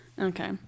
Okay